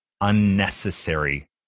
unnecessary